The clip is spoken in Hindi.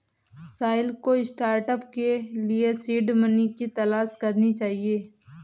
साहिल को स्टार्टअप के लिए सीड मनी की तलाश करनी चाहिए